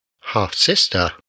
half-sister